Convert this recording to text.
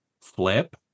flip